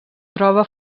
troba